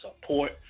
support